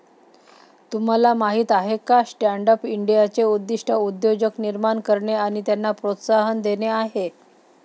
तुम्हाला माहीत आहे का स्टँडअप इंडियाचे उद्दिष्ट उद्योजक निर्माण करणे आणि त्यांना प्रोत्साहन देणे आहे